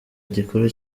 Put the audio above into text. gikuru